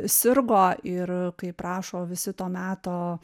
sirgo ir kaip rašo visi to meto